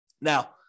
Now